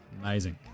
amazing